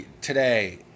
today